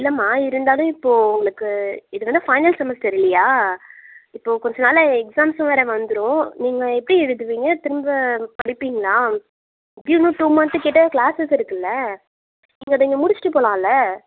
இல்லை மா இருந்தாலும் இப்போது உங்களுக்கு இது வந்து தானே ஃபைனல் செமஸ்டர் இல்லையா இப்போ கொஞ்சம் நாளில் எக்ஸாம்ஸும் வேற வந்துடும் நீங்கள் எப்படி எழுதுவீங்க திரும்ப படிப்பீங்ளா திடீர்னு டூ மந்த் கேட்டால் கிளாஸஸ் இருக்குதுல்ல நீங்கள் அதை இங்கே முடிச்சுட்டு போகலாம்ல